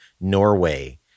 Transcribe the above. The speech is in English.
Norway